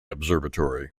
observatory